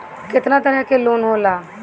केतना तरह के लोन होला?